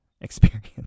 experience